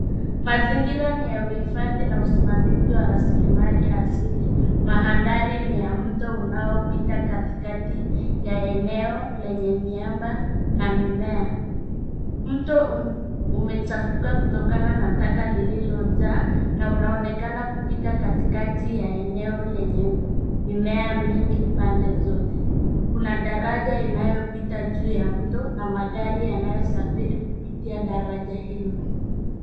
Mazingira ni ya uhifadhi na usimamizi wa raslimali asili. Manthari ni ya mtu unaopita katikati ya eneo lenye miamba na mimea. Mto umechafuka kutokana na taka lililojaa na unaonekana kupita katikati ya eneo lenye mimea mingi upande zote. Kuna daraja inayopita juu ya mto na magari yanayosafiri kupitia daraja hilo.